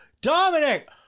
Dominic